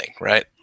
right